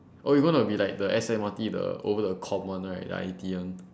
oh you gonna be like the S_M_R_T the over the comm one right the I_T one